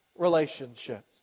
relationships